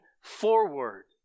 forward